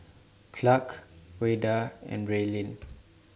Clark Ouida and Braylen